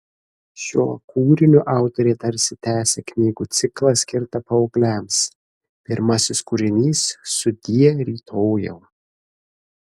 šiuo kūriniu autorė tarsi tęsia knygų ciklą skirtą paaugliams pirmasis kūrinys sudie rytojau